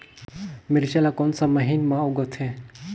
मिरचा ला कोन सा महीन मां उगथे?